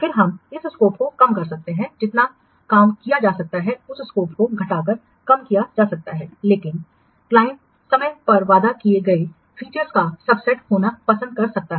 फिर हम इस स्कोप को कम कर सकते हैं जितना काम किया जा सकता है उस स्कोप को घटाकर कम किया जा सकता है लेकिन क्लाइंट समय पर वादा किए गए फीचर्स का सबसेट होना पसंद कर सकता है